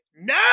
no